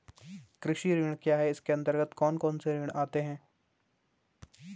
कृषि ऋण क्या है इसके अन्तर्गत कौन कौनसे ऋण आते हैं?